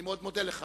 אני מאוד מודה לך.